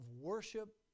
worship